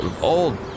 old